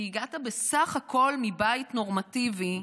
שהגעת בסך הכול מבית נורמטיבי,